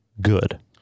good